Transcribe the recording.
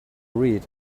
read